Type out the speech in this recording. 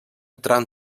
tram